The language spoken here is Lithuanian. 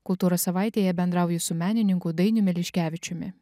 kultūros savaitėje bendrauju su menininku dainiumi liškevičiumi